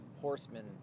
horsemen